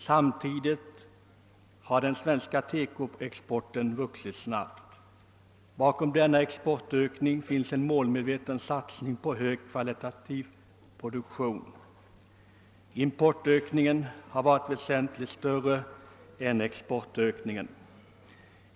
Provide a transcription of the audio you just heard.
Samtidigt har den svenska TEKO-ex porten vuxit snabbt. Bakom denna exportökning ligger en målmedveten satisning på en högkvalitativ produktion. Iniportökningen har varit väseniligt större än exportökningen.